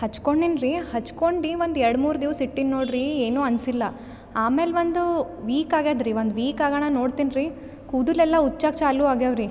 ಹಚ್ಕೊಂಡಿನಿ ರೀ ಹಚ್ಕೊಂಡು ಒಂದು ಎರ್ಡು ಮೂರು ದಿವ್ಸ ಇಟ್ಟೀನಿ ನೋಡ್ರಿ ಏನು ಅನಿಸಿಲ್ಲ ಆಮೇಲೆ ಒಂದು ವೀಕ್ ಆಗೈದ್ರಿ ಒಂದು ವೀಕ್ ಆಗಾನ ನೋಡ್ತಿನಿ ರೀ ಕೂದಲ್ ಎಲ್ಲ ಉಚ್ಚಾಕ ಚಾಲು ಆಗ್ಯಾವ ರೀ